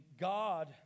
God